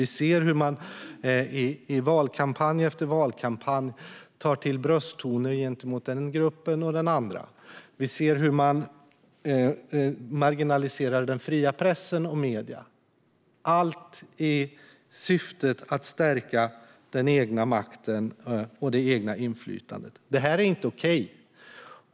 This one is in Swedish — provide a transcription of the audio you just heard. Vi ser hur man i valkampanj efter valkampanj tar till brösttoner gentemot den ena eller andra gruppen. Vi ser hur man marginaliserar den fria pressen och medierna. Allt syftar till att stärka den egna makten och det egna inflytandet, och detta är inte okej.